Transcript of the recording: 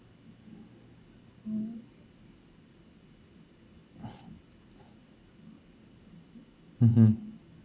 mmhmm